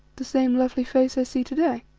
the same lovely face i see to-day?